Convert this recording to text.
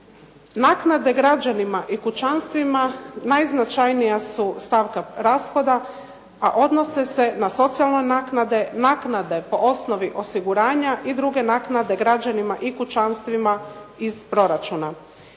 Naknade građanima i kućanstvima najznačajnija su stavka rashoda, a odnose se na socijalne naknade, naknade po osnovi osiguranja i druge naknade građanima i kućanstvima iz proračuna.